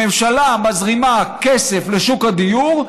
הממשלה מזרימה כסף לשוק הדיור,